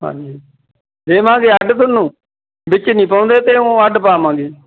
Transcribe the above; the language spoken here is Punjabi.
ਹਾਂਜੀ ਦੇਵਾਂਗੇ ਅੱਡ ਤੁਹਾਨੂੰ ਵਿੱਚ ਨਹੀਂ ਪਾਉਂਦੇ ਅਤੇ ਉਹ ਅੱਡ ਪਾਵਾਂਗੇ